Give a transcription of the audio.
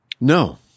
No